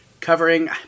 covering